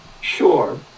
sure